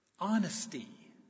Honesty